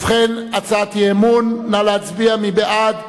ובכן, הצעת אי-אמון, נא להצביע, מי בעד?